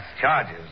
charges